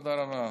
תודה רבה.